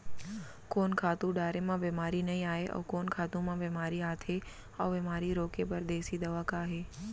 कोन खातू डारे म बेमारी नई आये, अऊ कोन खातू म बेमारी आथे अऊ बेमारी रोके बर देसी दवा का हे?